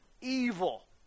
evil